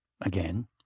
Again